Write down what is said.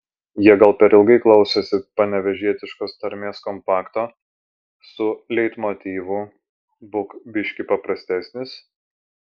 jie gal per ilgai klausėsi panevėžietiškos tarmės kompakto su leitmotyvu būk biškį paprastesnis